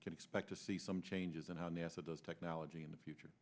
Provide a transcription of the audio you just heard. can expect to see some changes in how nasa does technology in the future